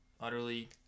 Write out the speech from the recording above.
utterly